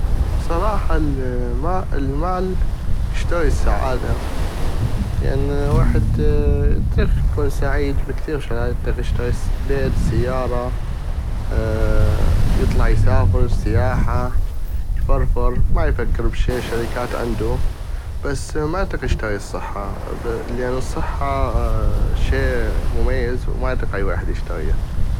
بصراحة المال يشتغي السعادة لان ويحد اطيق اكون سعيد بكثيغ شغلات اطيق يشتغي بيت سيارة يطلع يسافر سياحة يفرفر ما افكر بشي شركات عندو بس ما اطيق يشتغي الصحة لان الصحة شي مميز وما اطيق اي ويحد يشتغيا.